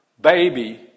baby